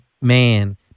man